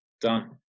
Done